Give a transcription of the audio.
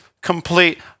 complete